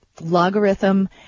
logarithm